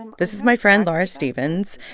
and this is my friend laura stevens.